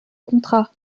contrat